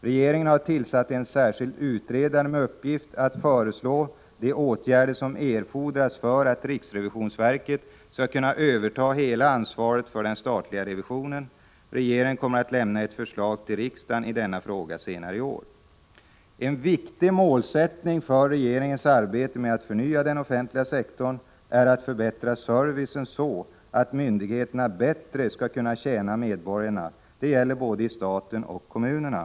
Regeringen har tillsatt en särskild utredare med uppgift att föreslå de åtgärder som erfordras för att riksrevisionsverket skall kunna överta hela ansvaret för den statliga revisionen. Regeringen kommer att lämna ett förslag till riksdagen i denna fråga senare i år. En viktig målsättning för regeringens arbete med att förnya den offentliga Prot. 1985/86:71 sektorn är att förbättra servicen så att myndigheterna bättre skall kunna tjäna 5 februari 1986 medborgarna. Det gäller både i staten och i kommunerna.